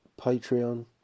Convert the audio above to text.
Patreon